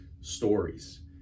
stories